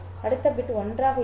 அடுத்த பிட் 1 ஆக இருக்கும்